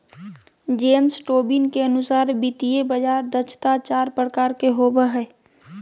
James Tobin के अनुसार वित्तीय बाजार दक्षता चार प्रकार के होवो हय